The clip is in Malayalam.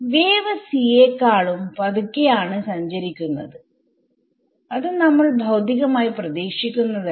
വേവ് c യെക്കാളും പതുക്കെ ആണ് സഞ്ചരിക്കുന്നത് അത് നമ്മൾ ഭൌതികമായി പ്രതീക്ഷിക്കുന്നതല്ല